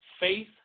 faith